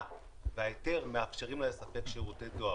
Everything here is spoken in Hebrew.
וההיתר מאפשרים לה לספק שירותי דואר,